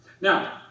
Now